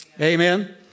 Amen